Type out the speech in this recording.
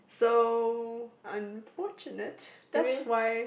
so I'm fortunate that's why